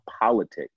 politics